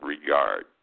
regard